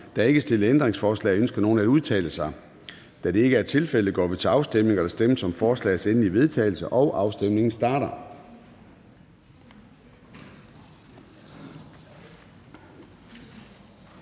Der er ikke stillet ændringsforslag. Ønsker nogen at udtale sig? Da det ikke er tilfældet, går vi til afstemning. Kl. 10:17 Afstemning Formanden (Søren Gade): Der stemmes om forslagets endelige vedtagelse, og afstemningen starter.